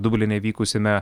dubline vykusiame